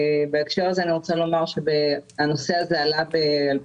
בהקשר הזה אני רוצה לומר שהנושא הזה עלה ב-2017,